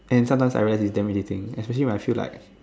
and sometimes I realise it's damn irritating especially when I feel like